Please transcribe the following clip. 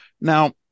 Now